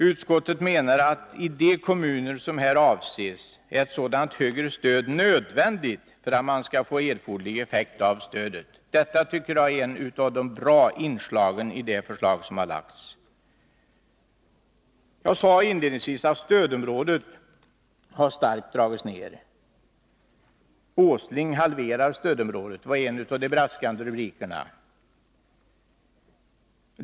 Utskottet menar att i de kommuner som här avses är ett sådant högre stöd nödvändigt för att man skall få erforderlig effekt av stödet.” Jag tycker att detta är ett av de inslag som är bra i det förslag som har lagts. Jag sade inledningsvis att stödområdet har dragits ner starkt. ”Åsling halverar stödområdet” var en av de braskande rubrikerna.